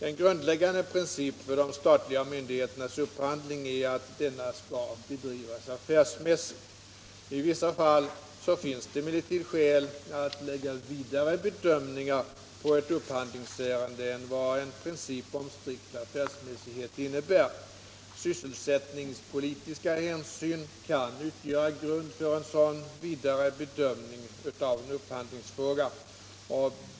En grundläggande princip för de statliga myndigheternas upphandling är att denna skall bedrivas affärsmässigt. I vissa fall finns det emellertid skäl att lägga vidare bedömningar på ett upphandlingsärende än vad en princip om strikt affärsmässighet innebär. Sysselsättningspolitiska hänsyn kan utgöra en grund för en sådan vidare bedömning av en upphandlingsfråga.